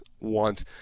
want